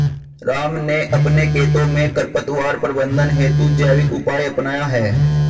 राम ने अपने खेतों में खरपतवार प्रबंधन हेतु जैविक उपाय अपनाया है